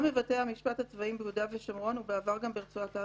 גם בבתי המשפט הצבאיים ביהודה ושומרון ובעבר גם ברצועת עזה,